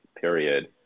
period